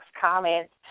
comments